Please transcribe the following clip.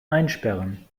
einsperren